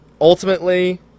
ultimately